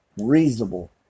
Reasonable